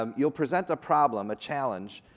um you'll present a problem, a challenge.